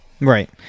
Right